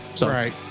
right